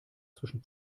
zwischen